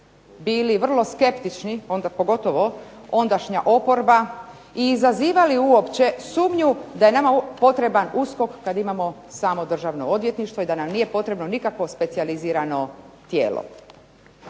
bili vrlo skeptični, onda pogotovo ondašnja oporba i izazivali uopće sumnju da je nama potreban USKOK kad imamo samo državno odvjetništvo i da nam nije potrebno nikakvo specijalizirano tijelo.